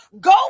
Go